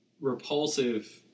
repulsive